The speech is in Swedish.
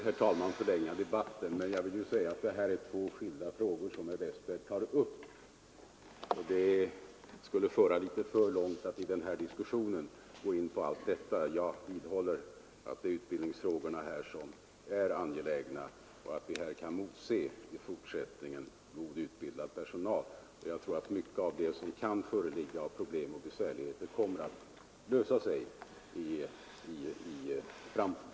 Herr talman! Jag skall inte förlänga debatten, men jag vill säga att det här är två skilda frågor som herr Westberg tar upp. Det skulle föra för långt att i denna diskussion gå in på allt detta. Jag vidhåller att det är utbildningsfrågorna som här är det angelägna och att vi i fortsättningen kan emotse personal med god utbildning. Jag tror att mycket av det som kan föreligga av problem och besvärligheter kommer att lösa sig i framtiden.